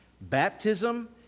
Baptism